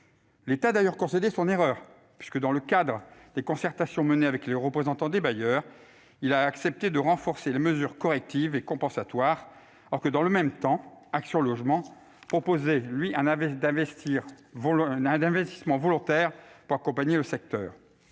L'État a d'ailleurs concédé son erreur, puisque, dans le cadre des concertations menées avec les représentants des bailleurs, il a accepté de renforcer les mesures de correction et de compensation, alors que, dans le même temps, Action Logement proposait un plan d'investissement volontaire pour accompagner le secteur.